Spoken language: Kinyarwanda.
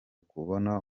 kubona